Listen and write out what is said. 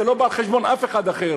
זה לא בא על חשבון אף אחד אחר.